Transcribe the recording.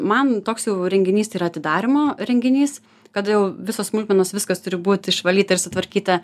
man toks jau renginys yra atidarymo renginys kada jau visos smulkmenos viskas turi būt išvalyta ir sutvarkyta